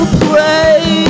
play